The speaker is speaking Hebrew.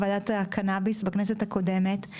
ועדת הקנאביס, בכנסת הקודמת.